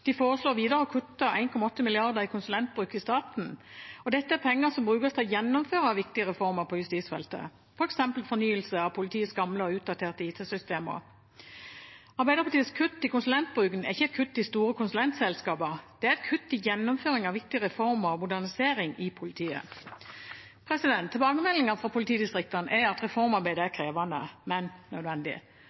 De foreslår videre å kutte 1,8 mrd. kr i konsulentbruk i staten. Dette er penger som brukes til å gjennomføre viktige reformer på justisfeltet, f.eks. fornyelse av politiets gamle og utdaterte IT-systemer. Arbeiderpartiets kutt i konsulentbruken er ikke et kutt i store konsulentselskaper. Det er et kutt i gjennomføringen av viktige reformer og modernisering i politiet. Tilbakemeldingene fra politidistriktene er at reformarbeidet er krevende, men nødvendig.